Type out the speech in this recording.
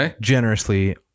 generously